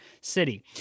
city